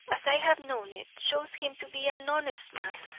as i have known it, shows him to be an honest man.